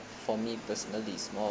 for me personally it's more